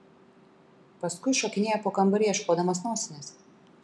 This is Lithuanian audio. paskui šokinėja po kambarį ieškodamas nosinės